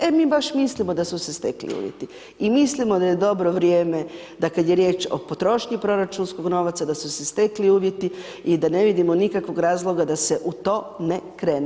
E mi baš mislimo da su se stekli uvjeti, i mislimo da je dobro vrijeme, da kad je riječ o potrošnji proračunskog novaca da su se stekli uvjeti i da ne vidimo nikakvog razloga da se u to ne krene.